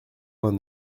vingt